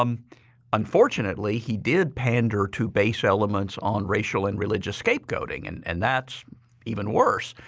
um unfortunately he did pander to base elements on racial and religious scapegoating and and that's even worse.